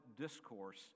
discourse